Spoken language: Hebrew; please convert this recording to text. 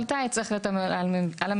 המערכות הפוטו-וולטאיות צריכות להיות על המבנים,